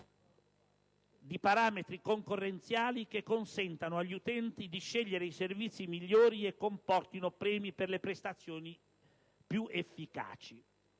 di parametri concorrenziali che consentano agli utenti di scegliere i servizi migliori e comportino premi per le prestazioni più efficaci.